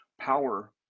power